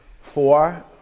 four